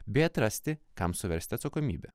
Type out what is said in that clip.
bei atrasti kam suversti atsakomybę